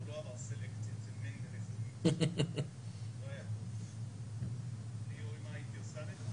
מבקשים להחמיר את הסכומים מ-11,000 ל-6,000 ובמקביל